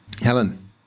Helen